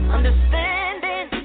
Understanding